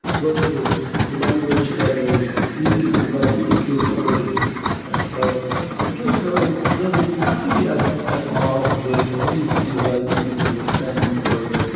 versus a language that is easy to write secure code in so secure code doesn't have to be at at odds with easy to write, easy to understand code.